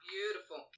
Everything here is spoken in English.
Beautiful